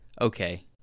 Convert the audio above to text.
okay